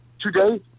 today